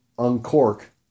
uncork